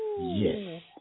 yes